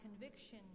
conviction